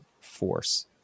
force